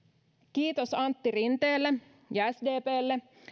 kiitos antti rinteelle ja sdplle